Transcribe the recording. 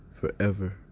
forever